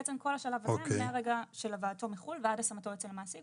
בעצם כל השלב הזה מהרגע של הבאתו מחו"ל ועד השמתו אצל המעסיק.